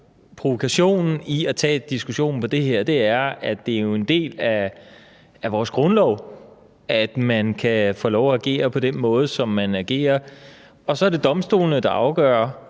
provokationen i at tage diskussionen om det her, er, at det jo er en del af vores grundlov, at man kan få lov til at agere på den måde, som man agerer på, og så er det domstolene, der afgør,